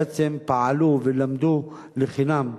בעצם הן פעלו ולמדו לחינם.